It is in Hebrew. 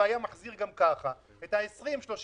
אני מדבר גם על עסקים גדולים שאולי נפגעו